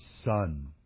Son